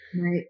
Right